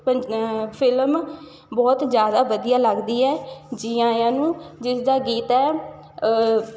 ਪੰ ਫਿਲਮ ਬਹੁਤ ਜ਼ਿਆਦਾ ਵਧੀਆ ਲੱਗਦੀ ਹੈ ਜੀ ਆਇਆਂ ਨੂੰ ਜਿਸਦਾ ਗੀਤ ਹੈ